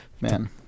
Man